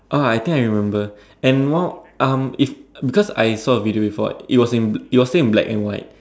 oh I think I remember and one um it's because I saw a video before it was in it was still in black and white